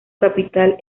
capital